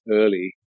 early